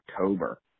October